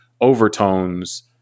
overtones